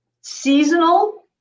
seasonal